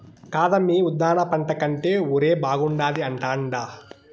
కాదమ్మీ ఉద్దాన పంట కంటే ఒరే బాగుండాది అంటాండా